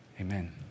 Amen